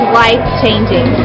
life-changing